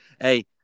Hey